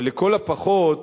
אבל לכל הפחות,